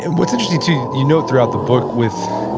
and what's interesting too, you note throughout the book with,